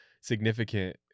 significant